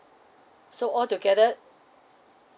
so altogether